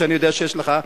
שאני יודע שיש לך,